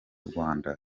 rwanda